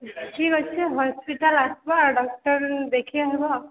ଠିକ୍ ଅଛି ହସ୍ପିଟାଲ୍ ଆସିବ ଡକ୍ଟର ଦେଖେିଇେ ହେବ